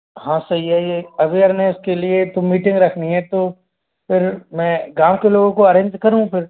हाँ सही है यह अवेयरनेस के लिए तो मीटिंग रखनी है तो फ़िर मैं गाँव के लोगों को अरेंज करूँ फिर